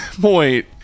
point